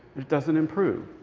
it doesn't improve.